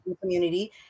community